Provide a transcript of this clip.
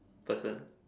person